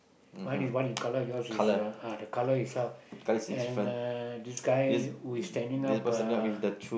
mine is white in colour yours is uh uh the colour itself and uh this guy who is standing up uh